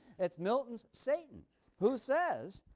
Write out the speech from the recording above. it's milton's satan who says,